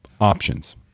options